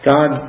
God